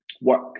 work